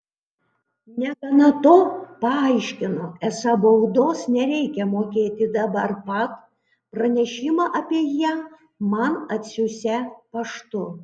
negana to paaiškino esą baudos nereikią mokėti dabar pat pranešimą apie ją man atsiųsią paštu